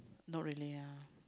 not really ah